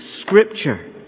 Scripture